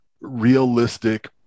realistic